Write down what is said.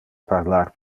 parlar